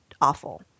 awful